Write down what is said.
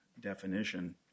definition